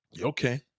Okay